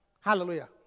Hallelujah